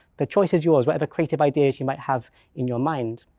the choice is yours, whatever creative ideas you might have in your mind.